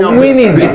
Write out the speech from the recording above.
winning